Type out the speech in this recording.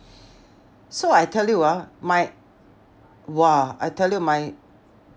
so I tell you ah my !wah! I tell you my